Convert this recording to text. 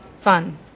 fun